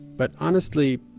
but honestly,